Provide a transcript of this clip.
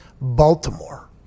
Baltimore